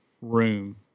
room